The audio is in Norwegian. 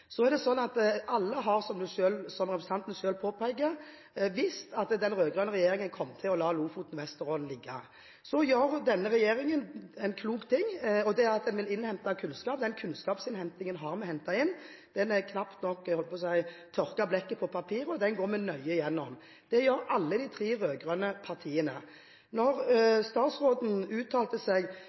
Så er det sånn at alle, som representanten selv påpeker, har visst at den rød-grønne regjeringen kom til å la Lofoten og Vesterålen ligge. Så gjør denne regjeringen en klok ting, og det er at den vil innhente kunnskap. Den kunnskapen har vi hentet inn. Blekket har knapt nok tørket på papiret, og dette går vi nøye igjennom. Det gjør alle de tre rød-grønne partiene. Da statsråden uttalte seg